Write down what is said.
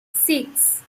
six